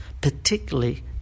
Particularly